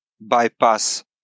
bypass